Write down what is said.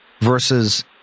versus